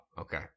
okay